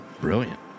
Brilliant